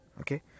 Okay